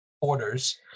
orders